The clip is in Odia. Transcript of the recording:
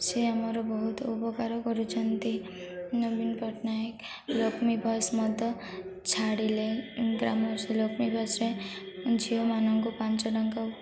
ସେ ଆମର ବହୁତ ଉପକାର କରୁଛନ୍ତି ନବୀନ ପଟ୍ଟନାୟକ ଲକ୍ଷ୍ମୀ ବସ୍ ମଧ୍ୟ ଛାଡ଼ିଲେ ଗ୍ରାମ ସେ ଲକ୍ଷ୍ମୀ ବସରେ ଝିଅମାନଙ୍କୁ ପାଞ୍ଚ ଟଙ୍କା